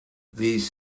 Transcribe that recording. these